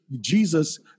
Jesus